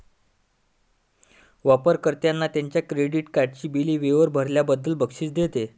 वापर कर्त्यांना त्यांच्या क्रेडिट कार्डची बिले वेळेवर भरल्याबद्दल बक्षीस देते